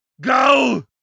Go